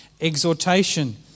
exhortation